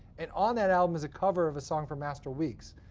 and on that album is a cover of a song from astral weeks.